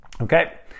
okay